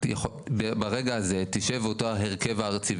ברגע הזה תשב אותו הרכב ארצי,